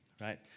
right